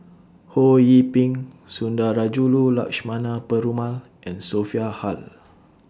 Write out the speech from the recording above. Ho Yee Ping Sundarajulu Lakshmana Perumal and Sophia Hull